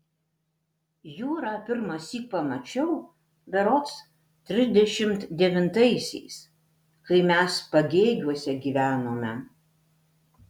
jūrą pirmąsyk pamačiau berods trisdešimt devintaisiais kai mes pagėgiuose gyvenome